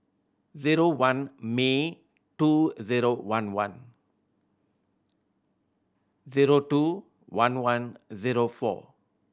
zero one May two zero one one zero two one one zero four